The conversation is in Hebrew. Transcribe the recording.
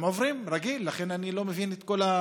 הם עוברים רגיל, לכן אני לא מבין את כל,